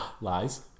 Lies